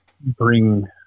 bring